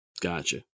Gotcha